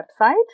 website